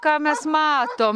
ką mes matom